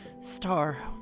Star